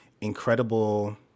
incredible